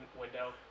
window